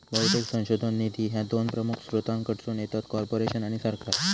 बहुतेक संशोधन निधी ह्या दोन प्रमुख स्त्रोतांकडसून येतत, कॉर्पोरेशन आणि सरकार